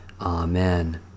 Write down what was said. Amen